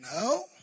No